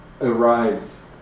arise